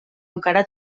encara